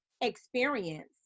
experience